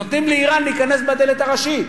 נותנים לאירן להיכנס בדלת הראשית.